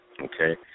okay